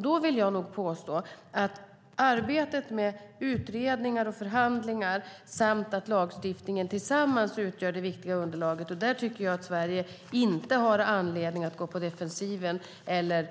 Då vill jag nog påstå att arbetet med utredningar och förhandlingar samt lagstiftningen tillsammans utgör det viktiga underlaget, och där tycker jag inte att Sverige har anledning att gå på defensiven eller